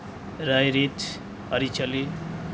ᱨᱟᱹᱭᱼᱨᱤᱛ ᱟᱹᱨᱤᱼᱪᱟᱹᱞᱤ